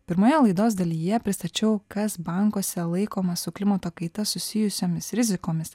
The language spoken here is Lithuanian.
pirmoje laidos dalyje pristačiau kas bankuose laikoma su klimato kaita susijusiomis rizikomis